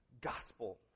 gospel